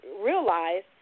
realize